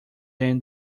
than